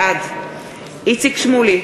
בעד איציק שמולי,